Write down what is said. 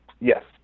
Yes